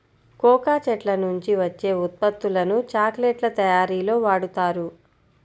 cocoa చెట్ల నుంచి వచ్చే ఉత్పత్తులను చాక్లెట్ల తయారీలో వాడుతారు